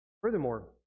Furthermore